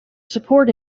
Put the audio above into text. support